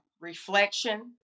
reflection